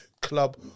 club